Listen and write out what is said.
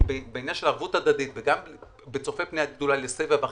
שבעניין של ערבות הדדית וגם כצופה פני עתיד לסבב אחר,